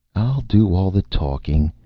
i'll do all the talking.